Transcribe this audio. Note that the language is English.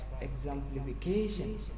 exemplification